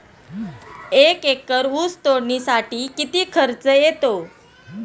एक एकर ऊस तोडणीसाठी किती खर्च येतो?